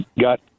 got